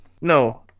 No